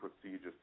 procedures